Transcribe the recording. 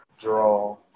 draw